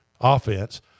offense